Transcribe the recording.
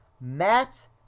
Matt